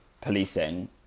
policing